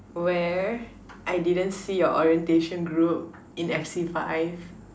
where I didn't see your orientation group in F_C five